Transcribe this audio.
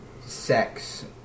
sex